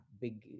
big